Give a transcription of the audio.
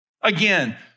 Again